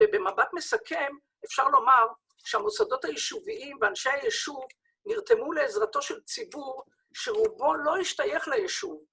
ובמבט מסכם, אפשר לומר שהמוסדות היישוביים ואנשי היישוב נרתמו לעזרתו של ציבור שרובו לא השתייך ליישוב.